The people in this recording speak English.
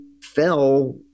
fell